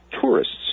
tourists